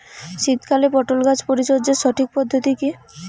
শীতকালে পটল গাছ পরিচর্যার সঠিক পদ্ধতি কী?